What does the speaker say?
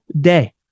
day